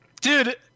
Dude